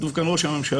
כתוב כאן ראש הממשלה,